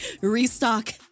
restock